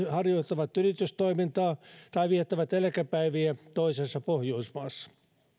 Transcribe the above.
harjoittavat yritystoimintaa tai viettävät eläkepäiviä toisessa pohjoismaassa olemme